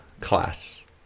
class